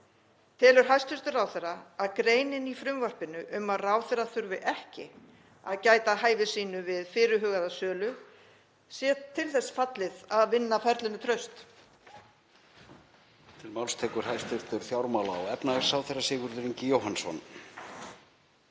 Telur hæstv. ráðherra að greinin í frumvarpinu um að ráðherra þurfi ekki að gæta að hæfi sínu við fyrirhugaða sölu sé til þess fallin að vinna ferlinu traust?